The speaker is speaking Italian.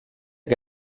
che